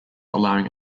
allowing